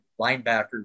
linebacker